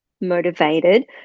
motivated